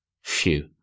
Phew